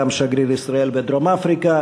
גם שגריר ישראל בדרום-אפריקה.